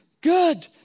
good